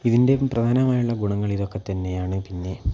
ഇതിൻറ്റെ പ്രധാനമായുള്ള ഗുണങ്ങൾ ഇതൊക്കെത്തന്നെയാണ് പിന്നെ